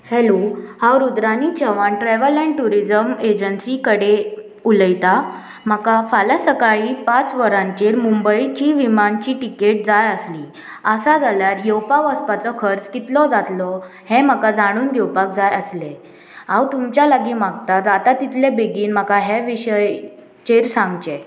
hello हांव Rudrani Chavan Jeevan travel and tourism agency कडे उलयतां म्हाका फाल्यां सकाळीं पांच वरांचेर मुंबयची विमानची टिकेट जाय आसली आसा जाल्यार येवपा वचपाचो खर्च कितलो जातलो हें म्हाका जाणून दिवपाक जाय आसलें हांव तुमच्या लागीं मागता जाता तितले बेगीन म्हाका हे विशयचेर सांगचें